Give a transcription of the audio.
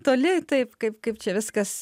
toli taip kaip kaip čia viskas